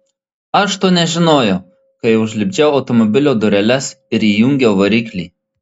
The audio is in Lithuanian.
aš to nežinojau kai užlipdžiau automobilio dureles ir įjungiau variklį